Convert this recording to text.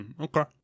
okay